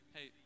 Hey